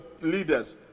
leaders